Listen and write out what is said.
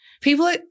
People